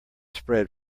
spread